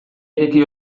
ireki